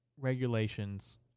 regulations